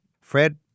Fred